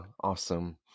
Awesome